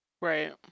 Right